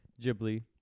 ghibli